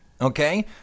Okay